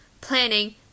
planning